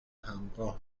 همراه